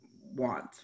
want